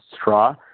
straw